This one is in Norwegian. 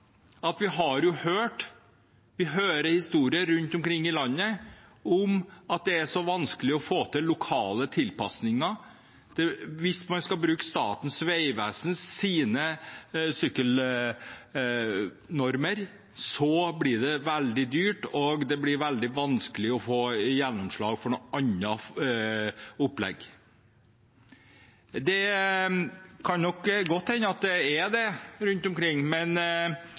Vi har jo hørt, og hører, historier fra rundt omkring i landet om at det er så vanskelig å få til lokale tilpasninger, at hvis man skal bruke Statens vegvesens sykkelnormer, blir det veldig dyrt, og det blir veldig vanskelig å få gjennomslag for noe annet opplegg. Det kan godt hende at det er slik rundt omkring, men